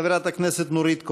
חברת הכנסת נורית קורן.